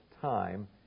time